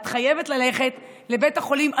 את חייבת ללכת לבית החולים הזה,